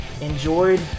enjoyed